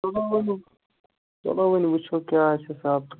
چلو وۄنۍ وٕچھو کیٛاہ آسہِ حِساب تہٕ